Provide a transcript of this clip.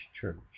church